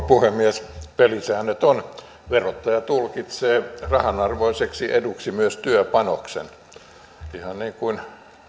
puhemies pelisäännöt on verottaja tulkitsee rahanarvoiseksi eduksi myös työpanoksen ihan niin kuin